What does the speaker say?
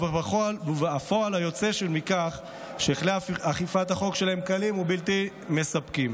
כפועל יוצא מכך כלי האכיפה שלהם קלים ובלתי מספקים.